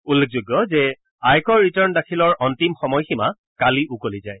উল্লেখযোগ্য যে আয়কৰ ৰিটাৰ্ণ দাখিলৰ অন্তিম সময়সীমা কালি উকলি যায়